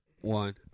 one